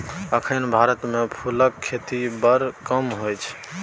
एखन भारत मे फुलक खेती बड़ कम होइ छै